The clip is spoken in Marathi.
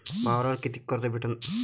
वावरावर कितीक कर्ज भेटन?